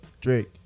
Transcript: Drake